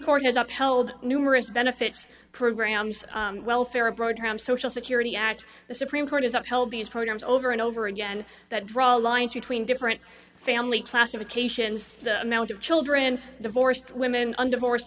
court has upheld numerous benefits programs welfare a broad term social security act the supreme court has upheld these programs over and over again that draw a line between different family classifications the amount of children divorced women and divorce